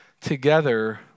together